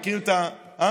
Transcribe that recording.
גם